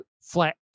flat